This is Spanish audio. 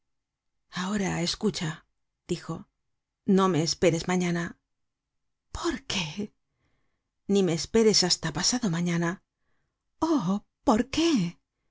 ahora escucha dijo no me esperes mañana por qué ni me esperes hasta pasado mañana oh por qué